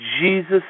Jesus